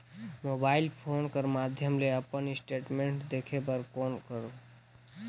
Mobile phone कर माध्यम ले अपन स्टेटमेंट देखे बर कौन करों?